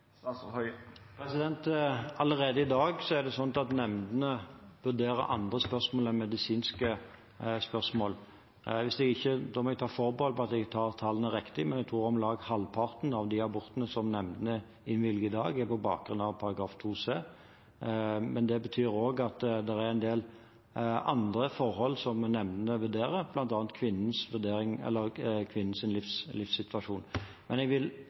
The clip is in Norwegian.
Allerede i dag er det slik at nemndene vurderer andre spørsmål enn medisinske spørsmål. Jeg må ta forbehold om at tallene er riktige, men jeg tror at om lag halvparten av de abortene som nemndene innvilger i dag, er på bakgrunn av § 2c. Det betyr også at det er en del andre forhold som nemndene vurderer, bl.a. kvinnens livssituasjon. Jeg vil veldig sterkt fraråde at vi framstiller nemndene ut fra en beskrivelse som kanskje var mer sentral på 1960- og 1970-tallet. I dag opplever jeg